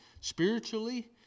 spiritually